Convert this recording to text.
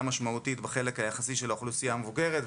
משמעותית בחלק היחסי של האוכלוסייה המבוגרת,